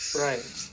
right